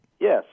Yes